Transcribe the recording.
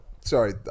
Sorry